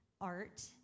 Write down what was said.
art